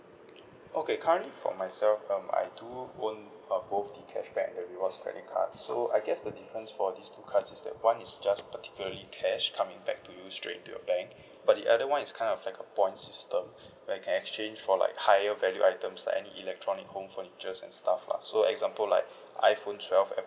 okay currently for myself um I do own um both the cashback and the rewards credit card so I guess the difference for these two cards is that one is just particularly cash coming back to you straight to your bank but the other one is kind of like a points system where you can exchange for like higher value items like any electronic home furnitures and stuff lah so example like iphone twelve